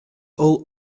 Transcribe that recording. all